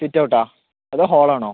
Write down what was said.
sit out ആണോ അതോ hall ആണോ